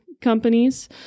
companies